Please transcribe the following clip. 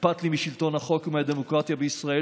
אכפת לי משלטון החוק ומהדמוקרטיה בישראל.